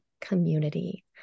community